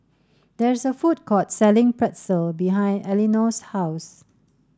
there is a food court selling Pretzel behind Elinore's house